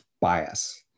bias